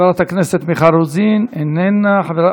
חברת הכנסת מיכל רוזין, אינה נוכחת,